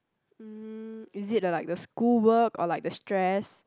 mm is it the like the school work or like the stress